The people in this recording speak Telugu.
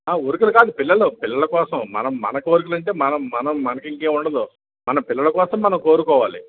ఆ ఉరుకులు కాదు పిల్లలు పిల్లలకోసం మనం మన కోరికలు అంటే మనం మనకి మనకింకేం ఉండదు మన పిల్లల కోసం మనం కోరుకోవాలి